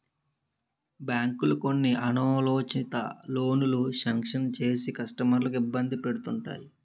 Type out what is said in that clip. బ్యాంకులు కొన్ని అనాలోచిత లోనులు శాంక్షన్ చేసి కస్టమర్లను ఇబ్బంది పెడుతుంటాయి